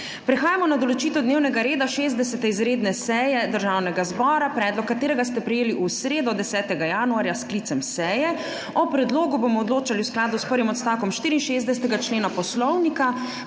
Prehajamo na določitev dnevnega reda 60. izredne seje Državnega zbora, predlog katerega ste prejeli v sredo 10. januarja s sklicem seje. O predlogu bomo odločali v skladu s prvim odstavkom 64. člena Poslovnika.